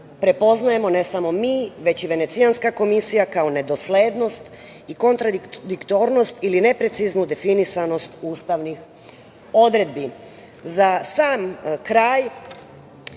prepoznajemo ne samo mi već i Venecijanska komisija kao nedoslednost i kontradiktornost ili nepreciznu definisanost ustavnih odredbi.Za sam kraj